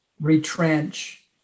retrench